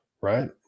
right